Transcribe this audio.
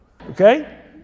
okay